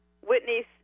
Whitney's